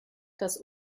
das